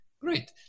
Great